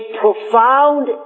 profound